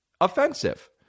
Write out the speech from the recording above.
Offensive